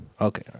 Okay